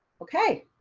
okay.